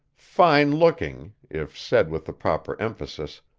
fine looking, if said with the proper emphasis,